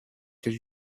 that